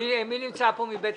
עמוד